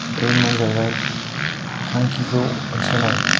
ऐमानो जाहैबाय थांखिखौ होसोनाय